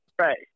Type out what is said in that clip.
Right